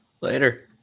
Later